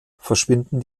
verschwinden